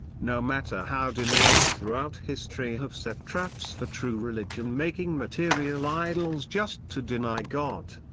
no matter how deniers throughout history have set traps for true religion making material idols just to deny god,